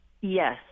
Yes